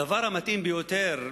הדבר המתאים ביותר,